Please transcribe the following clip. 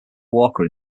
walker